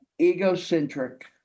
egocentric